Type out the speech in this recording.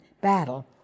battle